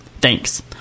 Thanks